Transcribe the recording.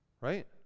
right